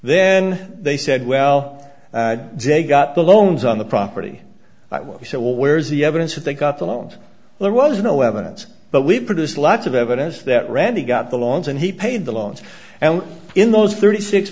then they said well they got the loans on the property that we said well where's the evidence that they got the loans there was no evidence but we produce lots of evidence that randy got the loans and he paid the loans and in those thirty six